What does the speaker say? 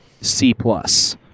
C-plus